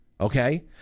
Okay